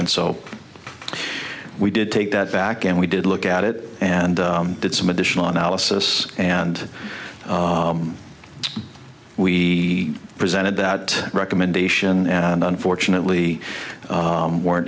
and so we did take that back and we did look at it and did some additional analysis and we presented that recommendation and unfortunately weren't